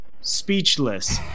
speechless